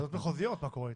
מה קורה עם הוועדות המחוזיות.